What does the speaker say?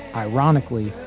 ironically,